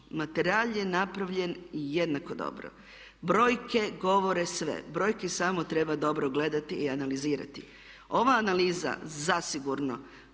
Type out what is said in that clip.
Materijal je napravljen jednako dobro. Brojke govore sve, brojke samo treba dobro gledati i analizirati. Ova analiza zasigurno